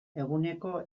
eguneko